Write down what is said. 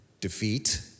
defeat